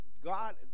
God